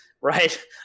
right